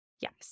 Yes